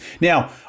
Now